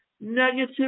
negative